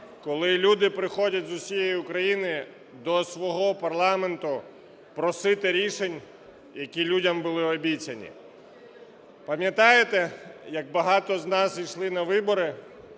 коли люди приходять з усієї України до свого парламенту просити рішень, які людям були обіцяні. Пам'ятаєте, як багато з нас ішли на вибори